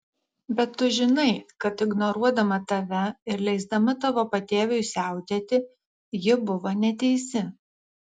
bet tu žinai kad ignoruodama tave ir leisdama tavo patėviui siautėti ji buvo neteisi